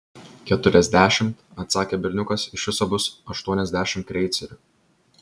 keturiasdešimt atsakė berniukas iš viso bus aštuoniasdešimt kreicerių